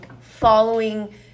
following